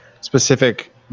specific